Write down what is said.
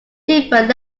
different